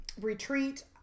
retreat